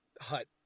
hut